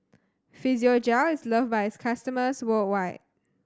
Physiogel is loved by its customers worldwide